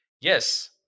yes